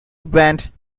went